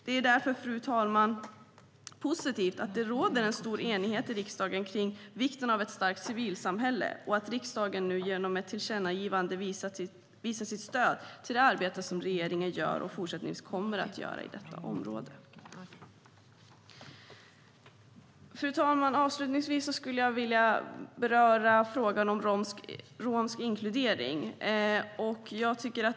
Det är därför positivt att det råder stor enighet i riksdagen om vikten av ett starkt civilsamhälle och att riksdagen nu genom ett tillkännagivande visar sitt stöd till det arbete som regeringen gör och även fortsättningsvis kommer att göra på detta område. Fru talman! Avslutningsvis ska jag beröra frågan om romsk inkludering.